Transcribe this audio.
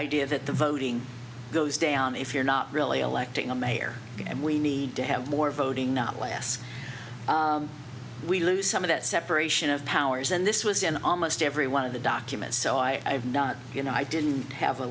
idea that the voting goes down if you're not really electing a mayor and we need to have more voting not less we lose some of the separation of powers and this was in almost every one of the documents so i have not you know i didn't have a